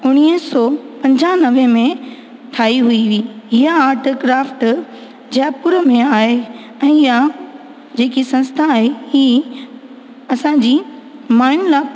उणिवीह सौ पंजानवे में ठाही वई हुई इहा आर्ट क्राफ़्ट जयपुर में आहे ऐं इहा जेकी संस्था आहे हीउ असांजी मानिला